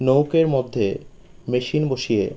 নৌকার মধ্যে মেশিন বসিয়ে